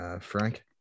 Frank